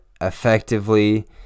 effectively